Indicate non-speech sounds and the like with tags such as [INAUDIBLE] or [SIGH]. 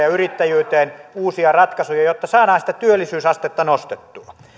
[UNINTELLIGIBLE] ja yrittäjyyteen uusia ratkaisuja jotta saadaan sitä työllisyysastetta nostettua